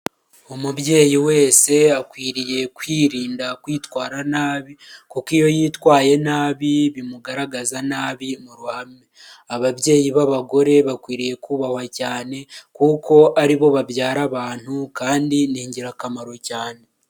Umubyeyi wese akwiriye kwirinda kwitwara nabi kuko iyo yitwaye nabi bimugaragaza nabi mu rurhame, ababyeyi b'abagore bakwiriye kubahwa cyane kuko ari bo babyara abantu kandi ni ingirakamaro cyane.